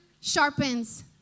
sharpens